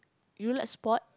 you like sport